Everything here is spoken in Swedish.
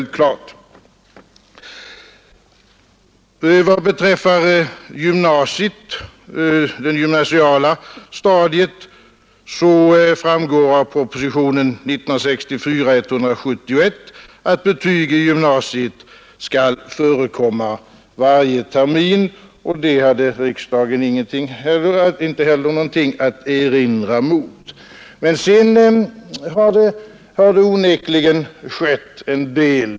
Vad beträffar det gymnasiala stadiet framgår av propositionen 171 år 1964 att betyg i gymnasiet skall förekomma varje termin. Det hade riksdagen inte heller något att erinra emot. Men sedan har det onekligen skett en del.